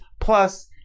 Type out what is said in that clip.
Plus